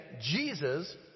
Jesus